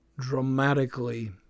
dramatically